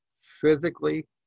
physically